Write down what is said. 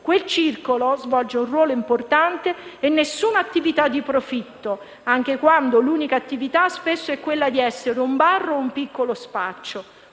Quel circolo svolge un ruolo importante e nessuna attività di profitto, anche quando l'unica attività spesso è quella di essere un bar o un piccolo spaccio.